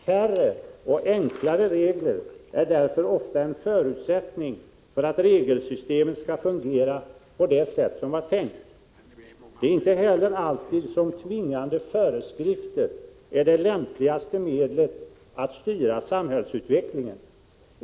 Färre och enklare regler är därför ofta en förutsättning för att regelsystemet skall fungera på det sätt som var tänkt. Det är inte heller alltid som tvingande föreskrifter är det lämpligaste medlet att styra samhällsutvecklingen.